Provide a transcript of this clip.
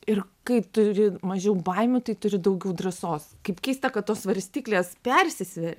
ir kai turi mažiau baimių tai turi daugiau drąsos kaip keista kad tos svarstyklės persisvė